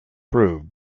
proved